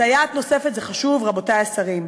סייעת נוספת זה חשוב, רבותי השרים,